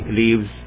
leaves